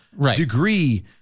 degree